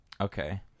okay